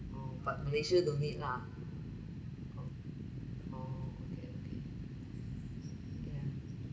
oh but malaysia don't need lah oh oh okay okay yeah